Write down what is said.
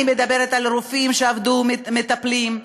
אני מדברת על רופאים שעבדו כמטפלים,